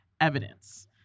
evidence